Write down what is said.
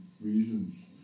reasons